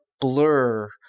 blur